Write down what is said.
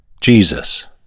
Jesus